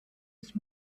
ist